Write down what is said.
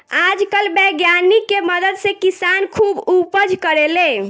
आजकल वैज्ञानिक के मदद से किसान खुब उपज करेले